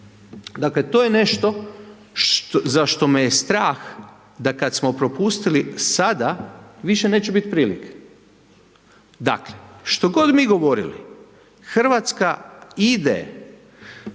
Dakle, to je nešto za što me je strah da kad smo propustili sada, više neće biti prilike. Dakle, što god mi govorili, RH ide,